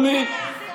יש שם חוקה.